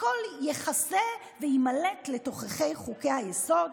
הכול יחסה ויימלט לתוככי חוקי-היסוד,